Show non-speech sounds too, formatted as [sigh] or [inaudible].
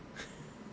[laughs]